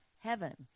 heaven